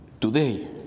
today